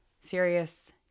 serious